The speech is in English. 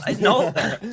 no